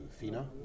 FINA